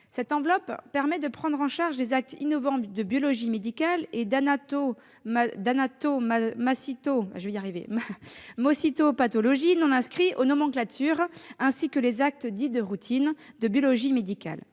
Cette enveloppe permet de prendre en charge les actes innovants de biologie médicale et d'anatomocytopathologie non inscrits aux nomenclatures ainsi que les actes dits de routine de biologie médicale.